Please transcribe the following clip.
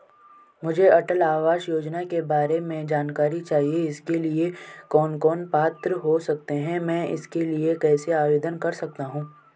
मुझे अटल आवास योजना के बारे में जानकारी चाहिए इसके लिए कौन कौन पात्र हो सकते हैं मैं इसके लिए कैसे आवेदन कर सकता हूँ?